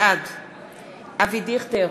בעד אבי דיכטר,